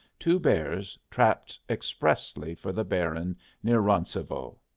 two bears trapped expressly for the baron near roncevaux.